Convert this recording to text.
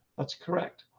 that's correct.